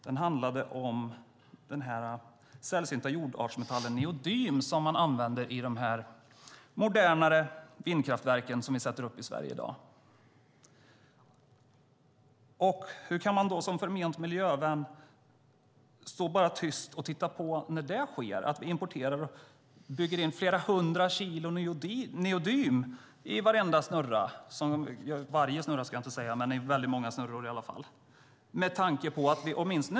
Den handlade om den sällsynta jordartsmetallen neodym som används i de moderna vindkraftverk vi sätter upp i Sverige i dag. Hur kan man som förment miljövän stå tyst och titta på när vi importerar och bygger in flera hundra kilo neodym i många snurror?